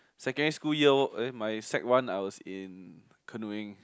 secondary school year eh my sec-one I was in canoeing